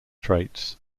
traits